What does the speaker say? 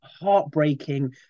heartbreaking